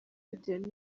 bitewe